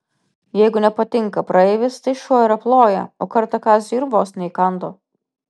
jeigu nepatinka praeivis tai šuo ir aploja o kartą kaziui ir vos neįkando